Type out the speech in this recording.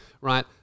Right